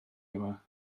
yma